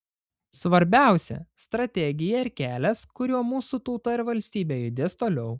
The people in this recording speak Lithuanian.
svarbiausia strategija ir kelias kuriuo mūsų tauta ir valstybė judės toliau